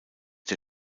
der